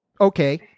Okay